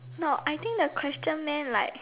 no I think the question meant like